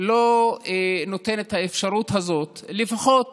לא נותן את האפשרות הזאת, ולפחות